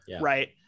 right